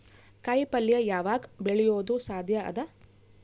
ಕಾಯಿಪಲ್ಯ ಯಾವಗ್ ಬೆಳಿಯೋದು ಸಾಧ್ಯ ಅದ?